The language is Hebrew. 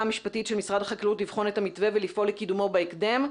המשפטית של משרד החקלאות לבחון את המתווה ולפעול לקידומו בהקדם.